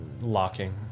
locking